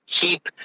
keep